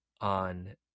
on